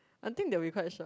I think they'll be quite shock